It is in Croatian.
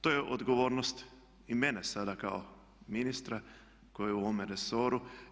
To je odgovornost i mene sada kao ministra koji je u ovome resoru.